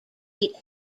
eight